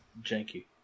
Janky